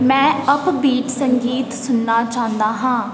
ਮੈਂ ਅੱਪਬੀਟ ਸੰਗੀਤ ਸੁਣਨਾ ਚਾਹੁੰਦਾ ਹਾਂ